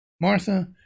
Martha